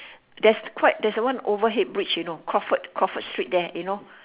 there's quite there's one overhead bridge you know crawford crawford street there you know